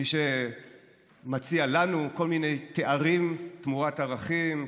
מי שמציעים לנו כל מיני תארים תמורת ערכים,